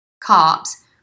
cops